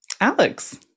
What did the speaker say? Alex